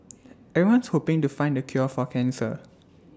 everyone's hoping to find the cure for cancer